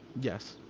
Yes